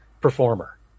performer